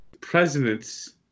presidents